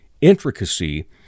intricacy